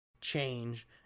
change